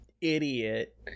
idiot